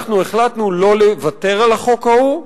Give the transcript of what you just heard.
אנחנו החלטנו שלא לוותר על החוק ההוא,